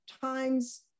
times